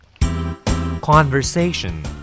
Conversation